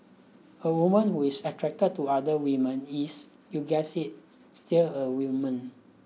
a woman who is attracted to other women is you guessed it still a woman